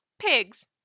Pigs